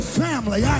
family